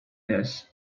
this